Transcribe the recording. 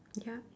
ya